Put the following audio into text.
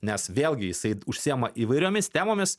nes vėlgi jisai užsiima įvairiomis temomis